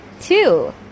two